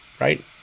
right